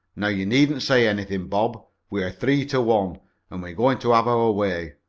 now you needn't say anything, bob, we're three to one, and we're going to have our way.